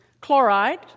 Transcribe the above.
Chloride